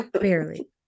Barely